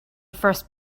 first